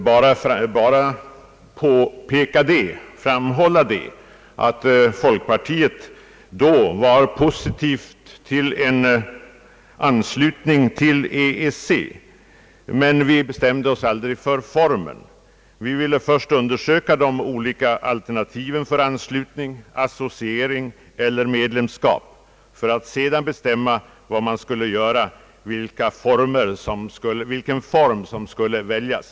Låt mig bara framhålla att folkpartiet då hade en positiv inställning till en anslutning till EEC. Men vi bestämde oss aldrig för formen. Vi ville först undersöka de olika alternativen för anslutning, associering eller medlemskap, för att sedan bestämma vilken form som skulle väljas.